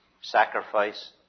sacrifice